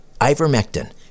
Ivermectin